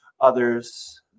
others